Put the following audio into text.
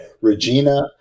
Regina